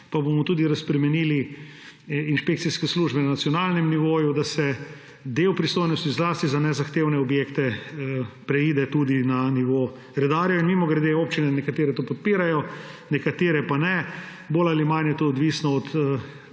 pa bomo tudi razbremenili inšpekcijske službe na nacionalnem nivoju, da del pristojnosti, zlasti za nezahtevne objekte preide tudi na nivo redarjev. Mimogrede, nekatere občine to podpirajo, nekatere pa ne, bolj ali manj je to odvisno od